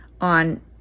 on